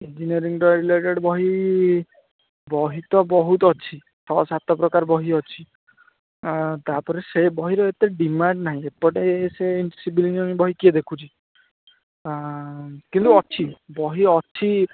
engineering drawing related ବହି ବହି ତ ବହୁତ ଅଛି ଛଅ ସାତ ପ୍ରକାର ବହି ଅଛି ତା'ପରେ ସେ ବହିରେ ଏତେ ଡିମାଣ୍ଡ୍ ନାହିଁ ଏପଟେ ସେ ସିଭିଲ ଇଞ୍ଜିନିୟରଂ ବହି କିଏ ଦେଖୁଛି କିନ୍ତୁ ଅଛି ବହି ଅଛି